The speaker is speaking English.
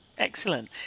Excellent